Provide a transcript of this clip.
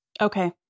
Okay